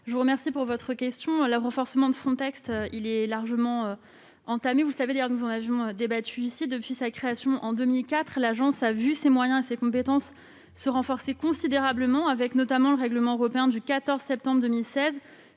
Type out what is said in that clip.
je vous remercie de votre question. Le renforcement de Frontex est largement entamé. Nous en avions d'ailleurs débattu ici. Depuis sa création en 2004, l'agence a vu ses moyens et ses compétences se renforcer considérablement, notamment avec le règlement européen du 14 septembre 2016,